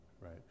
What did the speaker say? right